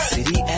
City